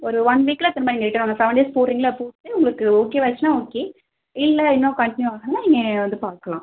ஒரு ஒன் வீக்கில் திரும்ப நீங்கள் ரிட்டன் வாங்க செவன் டேஸ் போடறீங்கல்ல போட்டு உங்களுக்கு ஓகேவாயிடுச்சினால் ஓகே இல்லை இன்னும் கண்டினியூ ஆகுதுன்னால் நீங்கள் என்ன வந்து பார்க்கலாம்